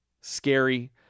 scary